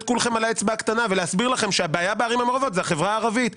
כולכם על האצבע הקטנה ולהסביר לכם שהבעיה בערים המעורבות זה החברה הערבית.